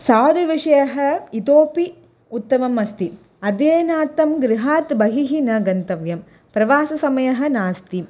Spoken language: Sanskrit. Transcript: साधुविषयः इतोऽपि उत्तमम् अस्ति अध्ययनार्थं गृहात् बहिः न गन्तव्यम् प्रवाससमयः नास्ति